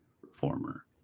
reformer